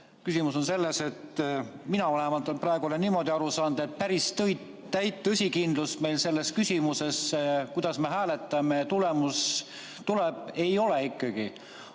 Küsimus on selles, mina vähemalt olen praegu niimoodi aru saanud, et päris täit tõsikindlust meil selles küsimuses, kuidas me hääletame ja mis tulemus tuleb, ikkagi